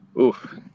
Oof